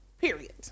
period